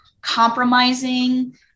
compromising